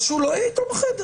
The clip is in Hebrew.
אז שהוא לא יהיה איתו בחדר.